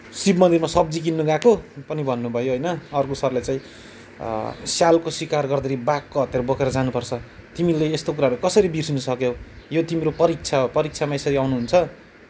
तिमी शिवमन्दिरमा सब्जी किन्न गएको पनि भन्नुभयो होइन अर्को सरले चाहिँ स्यालको सिकार गर्दाखेरि बाघको हतियार बोकेर जानुपर्छ तिमीले यस्तो कुराहरू कसरी बिर्सिन सक्यौ यो तिम्रो परीक्षा हो परीक्षामा यसरी आउनहुन्छ